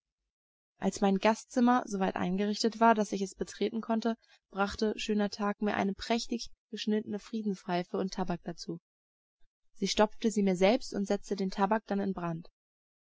als mein gastzimmer so weit eingerichtet war daß ich es betreten konnte brachte schöner tag mir eine prächtig geschnittene friedenspfeife und tabak dazu sie stopfte sie mir selbst und setzte den tabak dann in brand